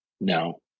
No